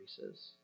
increases